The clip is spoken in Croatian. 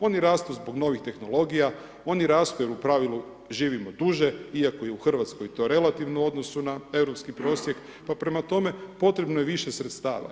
Oni rastu zbog novih tehnologija, oni rastu jer u pravilu živimo duže iako je u Hrvatskoj to relativno u odnosu na europski prosjek, pa prema tome potrebno je više sredstava.